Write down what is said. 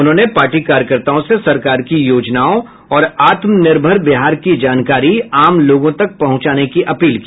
उन्होंने पार्टी कार्यकर्ताओं से सरकार की योजनाओं और आत्मनिर्भर बिहार की जानकारी आम लोगों तक पहुंचाने की अपील की